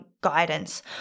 guidance